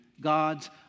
God's